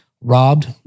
robbed